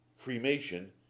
cremation